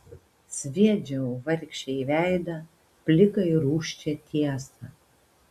sviedžiau vargšei į veidą pliką ir rūsčią tiesą